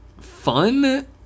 fun